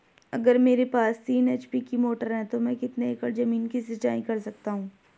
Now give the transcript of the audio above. अगर मेरे पास तीन एच.पी की मोटर है तो मैं कितने एकड़ ज़मीन की सिंचाई कर सकता हूँ?